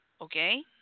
Okay